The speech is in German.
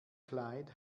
kleid